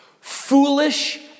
Foolish